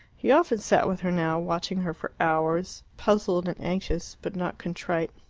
he often sat with her now, watching her for hours, puzzled and anxious, but not contrite.